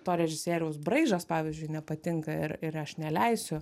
to režisieriaus braižas pavyzdžiui nepatinka ir ir aš neleisiu